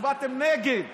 הצבעתם נגד,